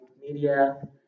media